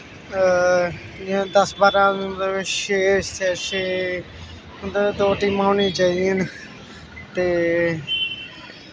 जि'यां दस बारां छे छे उं'दे दो टीमां होनियां चाहिदियां न ते